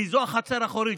כי זו החצר האחורית.